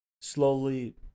slowly